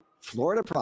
Florida